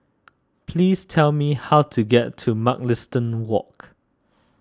please tell me how to get to Mugliston Walk